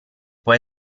può